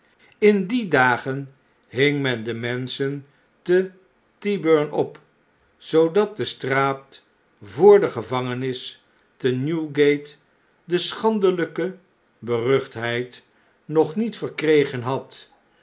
in die dagen hing men de mensch en te t yb u r n op zoodat de straat voor de gevangenis te newgate de schandeljjke beruchtheid nog niet verkregen had